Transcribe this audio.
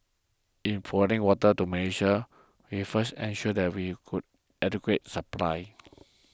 in providing water to Malaysia we first ensure that we could adequate supply